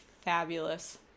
fabulous